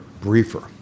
briefer